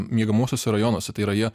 miegamuosiuose rajonuose tai yra jie